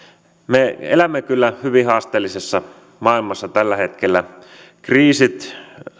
me elämme kyllä hyvin haasteellisessa maailmassa tällä hetkellä kriisit